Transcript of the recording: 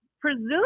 Presume